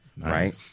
Right